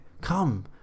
Come